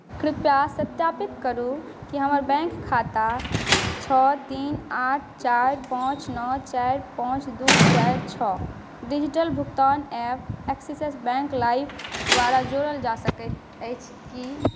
कृपया सत्यापित करू कि हमर बैँक खाता छओ तीन आठ चारि पाँच नओ चारि पाँच दू चारि छओ डिजिटल भुगतान ऐप एक्सिस बैँक लाइम द्वारा जोड़ल जा सकैत अछि कि नहि